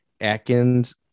atkins